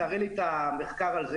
תראה לי את המחקר הזה,